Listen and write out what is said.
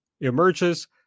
emerges